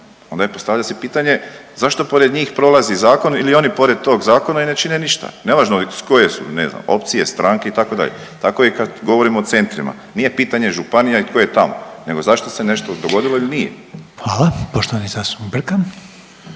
onda postavlja se pitanje zašto pored njih prolazi zakon ili oni pored tog zakona i ne čine ništa. Nevažno iz koje su ne znam opcije, stranke itd. Tako je i kad govorimo o centrima. Nije pitanje županija i tko je tamo, nego zašto se nešto dogodilo ili nije. **Reiner, Željko